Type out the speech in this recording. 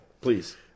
Please